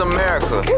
America